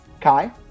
Kai